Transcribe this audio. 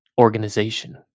organization